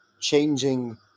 changing